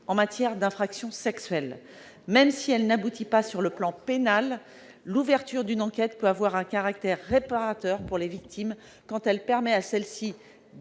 en matière d'infractions sexuelles. Même si elle n'aboutit pas sur le plan pénal, l'ouverture d'une enquête peut avoir un caractère réparateur pour les victimes, quand elle leur permet